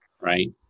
right